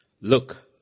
Look